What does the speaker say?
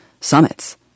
summits